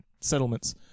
settlements